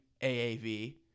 AAV